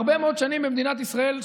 הרבה מאוד שנים במדינת ישראל,